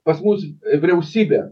pas mus vyriausybė